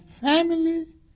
family